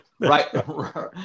Right